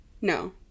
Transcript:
no